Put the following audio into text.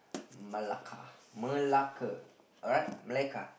Malacca Melaka